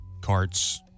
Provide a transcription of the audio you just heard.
carts